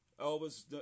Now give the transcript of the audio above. Elvis